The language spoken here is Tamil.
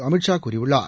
அமித்ஷா கூறியுள்ளளார்